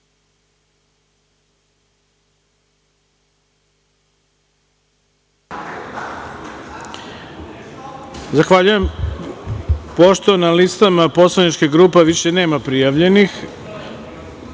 Zahvaljujem. Pošto na listama poslaničkih grupa više nema prijavljenih,